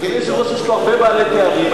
אדוני היושב-ראש, יש פה הרבה בעלי תארים.